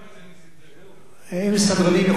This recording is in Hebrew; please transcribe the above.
אין דבר כזה נסים זאב, זה נס שזאב